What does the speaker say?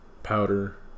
powder